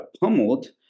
pummeled